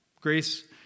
Grace